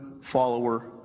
follower